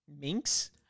Minks